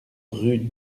rue